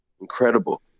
Incredible